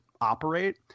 operate